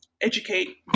educate